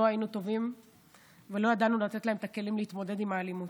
לא היינו טובים ולא ידענו לתת להן את הכלים להתמודד עם האלימות.